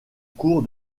cours